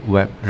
Web